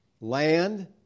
Land